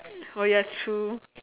oh ya true